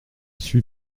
suis